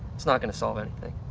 it's not going to solve and